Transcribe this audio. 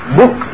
book